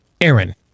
Aaron